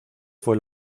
fue